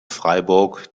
freiburg